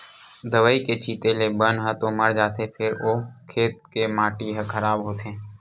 दवई के छिते ले बन ह तो मर जाथे फेर ओ खेत के माटी ह खराब होथे